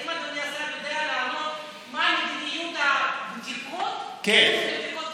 האם אדוני השר יודע לענות מה מדיניות הבדיקות חוץ מבדיקות סרולוגיות?